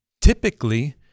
typically